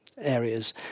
Areas